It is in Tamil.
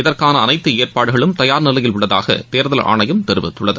இதற்கான அனைத்து ஏற்பாடுகளும் தயார் நிலையில் உள்ளதாக தேர்தல் ஆணையம் தெரிவித்துள்ளது